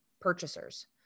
purchasers